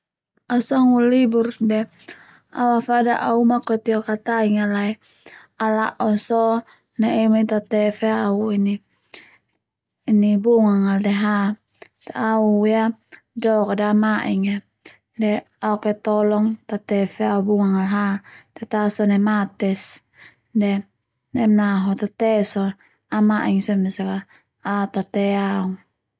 Au sanga u libur de au afada au uma katio kataing al lae ala la'o so na emi tate fe bunga al de ha au u ia dok a dei au maing a de au oke tolong tate fe au bunga a ha te ta sone mates de nemna ho tates ho au maing sone besak a au tate aong